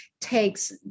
takes